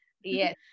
Yes